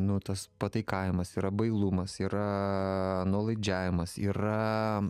nu tas pataikavimas yra bailumas yra nuolaidžiavimas yra